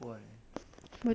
betul tu